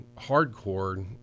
hardcore